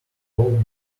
wall